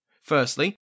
Firstly